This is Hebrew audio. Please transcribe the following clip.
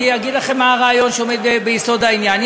אני אגיד לכם מה הרעיון שעומד ביסוד העניין.